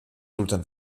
sultan